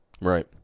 Right